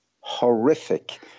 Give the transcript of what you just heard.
horrific